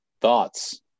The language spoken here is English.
Thoughts